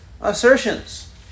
assertions